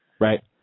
Right